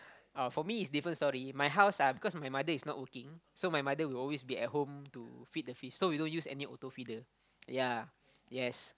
uh for me it's different story my house uh because my mother is not working so my mother will always be at home to feed the fish so we don't use any auto feeder ya yes